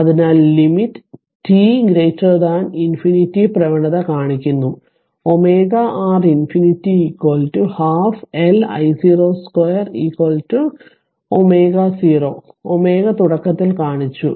അതിനാൽlim t ∞ പ്രവണത കാണിക്കുന്നു ωR∞ 12 LI02 ω 0 ω തുടക്കത്തിൽ കാണിച്ചു